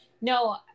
No